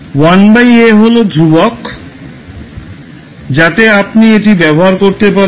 1 a হল ধ্রুবক যাতে আপনি এটি ব্যবহার করতে পারেন